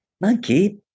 Monkey